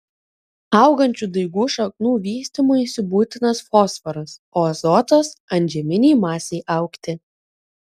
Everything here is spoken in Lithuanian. augančių daigų šaknų vystymuisi būtinas fosforas o azotas antžeminei masei augti